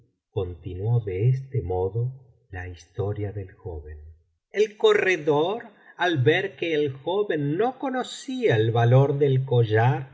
continuó de este modo la historia del joven el corredor al ver que el joven no conocía el valor del collar